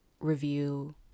review